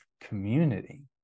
community